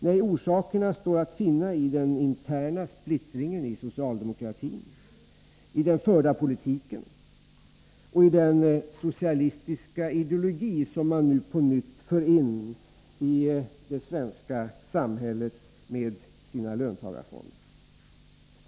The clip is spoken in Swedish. Nej, orsakerna står att finna i den interna splittringen i socialdemokratin, i den förda politiken och i den socialistiska ideologi som man nu på nytt för in i det svenska samhället med sina löntagarfonder.